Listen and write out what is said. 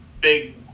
big